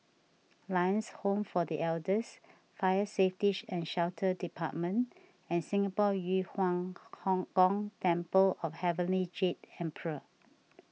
Lions Home for the Elders Fire Safety and Shelter Department and Singapore Yu Huang Gong Temple of Heavenly Jade Emperor